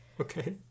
Okay